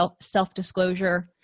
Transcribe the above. self-disclosure